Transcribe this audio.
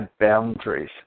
boundaries